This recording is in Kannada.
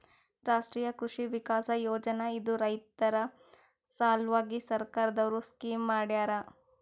ರಾಷ್ಟ್ರೀಯ ಕೃಷಿ ವಿಕಾಸ್ ಯೋಜನಾ ಇದು ರೈತರ ಸಲ್ವಾಗಿ ಸರ್ಕಾರ್ ದವ್ರು ಸ್ಕೀಮ್ ಮಾಡ್ಯಾರ